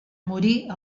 morir